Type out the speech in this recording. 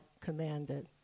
commanded